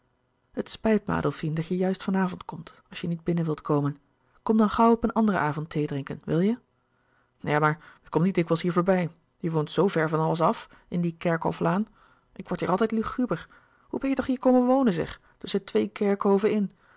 het spijt me adolfine dat je juist van avond komt als je niet binnen wilt komen kom dan gauw op een anderen avond thee drinken wil je ja maar ik kom niet dikwijls hier voorbij je woont zoo ver van alles af in die kerkhoflaan ik word hier altijd luguber hoe ben je toch hier komen wonen zeg tusschen twee kerkhoven in